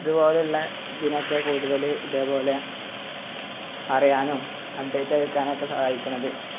ഇതു പോലെയുള്ള ഇതിനെയെക്കെ കൂടുതൽ ഇതേ പോലെ അറിയാനും അപ്ഡേറ്റ് അയക്കാനുമൊക്കെ സഹായിക്കുന്നത്